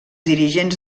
dirigents